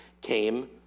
came